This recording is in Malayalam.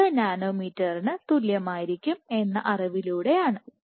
38 നാനോമീറ്ററിന് തുല്യമായിരിക്കും എന്ന അറിവിലൂടെ ആണ്